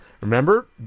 Remember